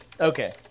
Okay